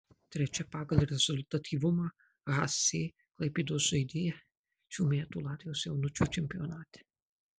trečia pagal rezultatyvumą hc klaipėdos žaidėja šių metų latvijos jaunučių čempionate